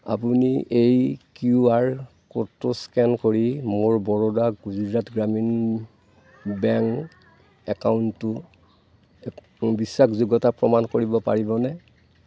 আপুনি এই Q R ক'ডটো স্কেন কৰি মোৰ বৰোডা গুজৰাট গ্ৰামীণ বেংক একাউণ্টটোৰ বিশ্বাসযোগ্যতা প্ৰমাণ কৰিব পাৰিবনে